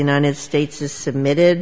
united states is submitted